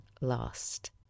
last